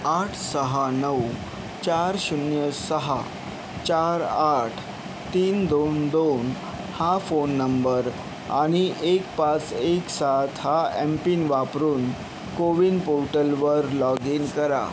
आठ सहा नऊ चार शून्य सहा चार आठ तीन दोन दोन हा फोन नंबर आणि एक पाच एक सात हा एम पिन वापरून कोविन पोर्टलवर लॉग इन करा